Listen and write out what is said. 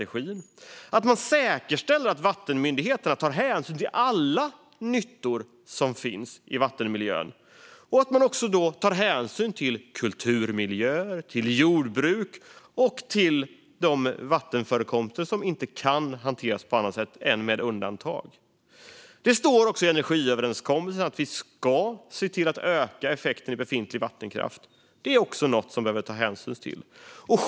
Vi kräver att man säkerställer att vattenmyndigheterna tar hänsyn till alla nyttor som finns i vattenmiljön och till kulturmiljö, jordbruk och de vattenförekomster som inte kan hanteras på annat sätt än med undantag. Det står också i energiöverenskommelsen att vi ska se till att effekten ökar i befintlig vattenkraft. Det är också något som behöver tas hänsyn till.